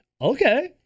okay